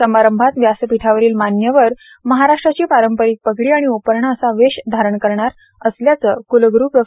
समारंभात व्यासपीठावरील मान्यवर महाराष्ट्राची पारंपरिक पगडी आणि उपरणे असा वेश धारण करणार करणार असल्याचे क्लग्रू प्रो